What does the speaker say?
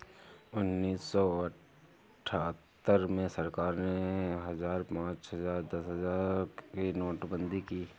उन्नीस सौ अठहत्तर में सरकार ने हजार, पांच हजार, दस हजार की नोटबंदी की